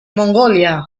mongolia